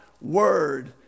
word